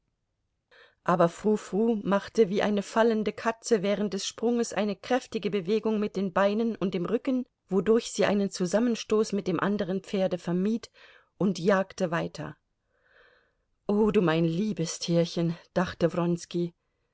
aber frou frou machte wie eine fallende katze während des sprunges eine kräftige bewegung mit den beinen und dem rücken wodurch sie einen zusammenstoß mit dem anderen pferde vermied und jagte weiter o du mein liebes tierchen dachte